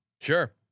Sure